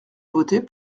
voter